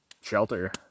shelter